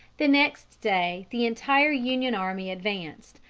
the next day the entire union army advanced,